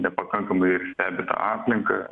nepakankamai ir stebi tą aplinką